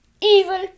evil